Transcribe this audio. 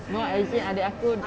no as in adik aku